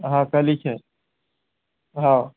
ہاں کل ہچ ہے ہاں